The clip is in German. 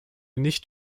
nicht